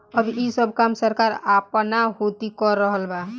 अब ई सब काम सरकार आपना होती कर रहल बा